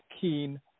keen